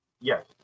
Yes